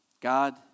God